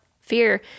fear